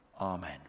Amen